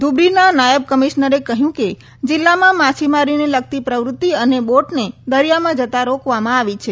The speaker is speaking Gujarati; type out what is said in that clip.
ધુબરીના નાયબ કમિશ્નરે કહયું કે જીલ્લામાં માછીમારીને લગતી પ્રવૃતિ અને બોટને દરિયામાં જતા રોકવામાં આવી છે